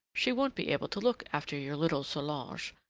she won't be able to look after your little solange,